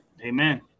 amen